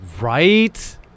Right